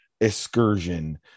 excursion